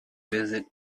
visit